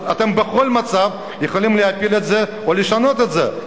אתם בכל מצב יכולים להפיל את זה או לשנות את זה,